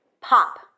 pop